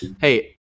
hey